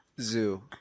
zoo